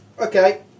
Okay